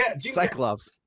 Cyclops